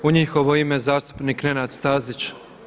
U njihovo ime zastupnik Nenad Stazić.